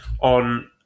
on